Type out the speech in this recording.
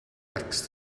next